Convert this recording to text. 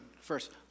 first